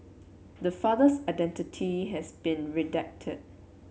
the father's identity has been redacted